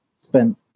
spent